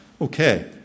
okay